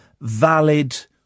valid